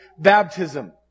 baptism